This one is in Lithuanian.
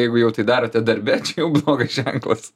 jeigu jau tai darote darbe čia jau blogas ženklas